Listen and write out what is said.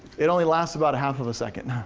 it only lasts about half of a second.